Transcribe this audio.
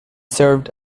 served